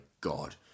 God